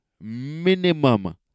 minimum